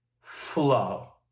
flow